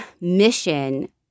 mission